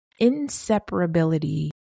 inseparability